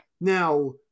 Now